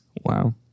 Wow